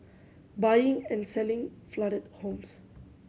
buying and selling flooded homes